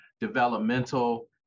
developmental